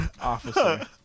officer